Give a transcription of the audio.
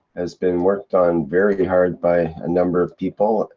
has been worked on very hard. by a number of people.